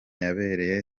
yabereye